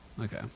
Okay